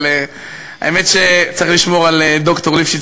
אבל האמת שצריך לשמור על ד"ר ליפשיץ,